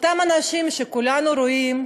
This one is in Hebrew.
אותם אנשים שכולנו רואים,